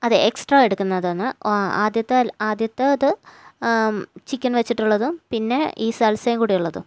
അതെ എക്സ്ട്രാ എടുക്കുന്നത് ഒന്ന് ആദ്യത്തെ ആദ്യത്തത് ചിക്കന് വെച്ചിട്ടുള്ളതും പിന്നെ ഈ സൽസയും കൂടി ഉള്ളതും